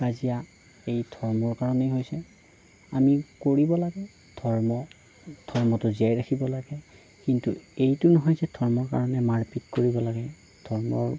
কাজিয়া এই ধৰ্মৰ কাৰণেই হৈছে আমি কৰিব লাগে ধৰ্ম ধৰ্মটো জীয়াই ৰাখিব লাগে কিন্তু এইটো নহয় যে ধৰ্মৰ কাৰণে মাৰ পিট কৰিব লাগে ধৰ্ম